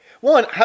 one